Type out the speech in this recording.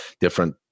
different